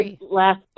last